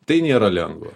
tai nėra lengva